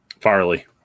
Farley